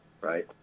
right